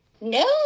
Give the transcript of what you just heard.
No